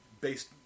based